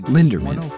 Linderman